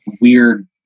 weird